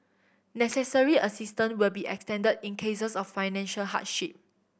necessary assistance will be extended in cases of financial hardship